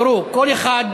תראו, כל אחד,